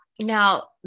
Now